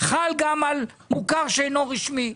חל גם על מוכר שאינו רשמי.